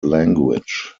language